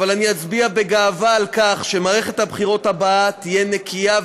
אבל אני אצביע בגאווה על כך שמערכת הבחירות הבאה תהיה נקייה,